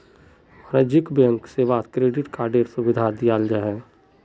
वाणिज्यिक बैंक सेवात क्रेडिट कार्डएर सुविधा दियाल जाहा